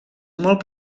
molt